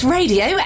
Radio